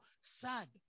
sad